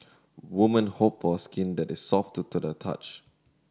woman hope for skin that is soft to the touch